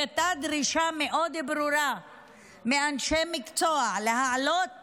הייתה דרישה ברורה מאוד מאנשי מקצוע להעלות